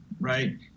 right